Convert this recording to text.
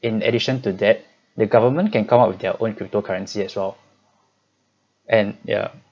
in addition to that the government can come up with their own cryptocurrency as well and yeah